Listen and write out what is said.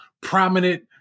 prominent